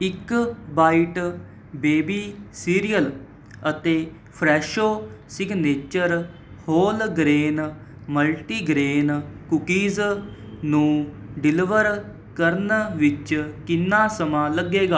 ਇੱਕ bite baby cereal ਅਤੇ Fresho signature whole grain multigrain cookies ਨੂੰ ਡਿਲਵਰ ਕਰਨ ਵਿੱਚ ਕਿੰਨਾ ਸਮਾਂ ਲੱਗੇਗਾ